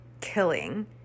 killing